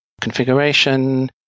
configuration